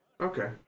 Okay